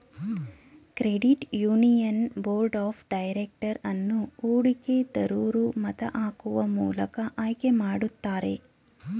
credit union board of director ಅನ್ನು ಹೂಡಿಕೆ ದರೂರು ಮತ ಹಾಕುವ ಮೂಲಕ ಆಯ್ಕೆ ಮಾಡುತ್ತಾರೆ